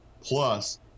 Plus